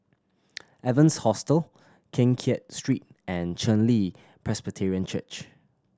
Evans Hostel Keng Kiat Street and Chen Li Presbyterian Church